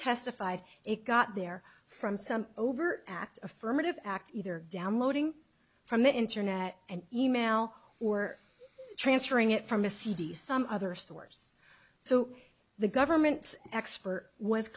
testified it got there from some overt act affirmative act either downloading from the internet and e mail or transferring it from a cd some other source so the government expert was